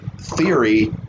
theory